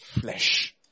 flesh